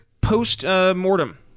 post-mortem